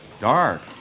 dark